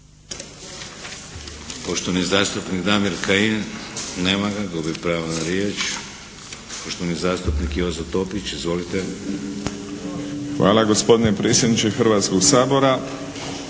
Hvala gospodine predsjedniče Hrvatskog sabora.